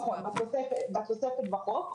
נכון, בתוספת בחוק.